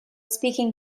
speaking